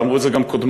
ואמרו את זה גם קודמי,